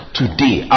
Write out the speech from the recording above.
today